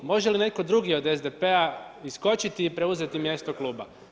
Može li netko drugi od SDP-a iskočiti i preuzeti mjesto kluba?